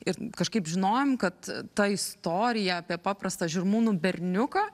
ir kažkaip žinojom kad ta istorija apie paprastą žirmūnų berniuką